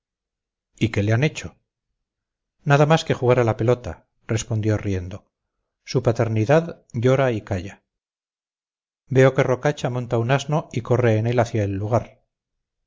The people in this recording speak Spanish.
y qué le han hecho nada más que jugar a la pelota respondió riendo su paternidad llora y calla veo que rocacha monta un asno y corre en él hacia el lugar